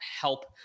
help